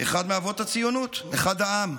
אחד מאבות הציונות, אחד העם.